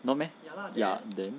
not meh ya then